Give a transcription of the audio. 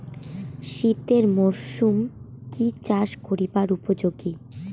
শীতের মরসুম কি চাষ করিবার উপযোগী?